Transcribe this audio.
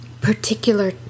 particular